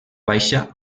baixa